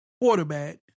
quarterback